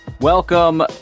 Welcome